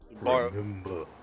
Remember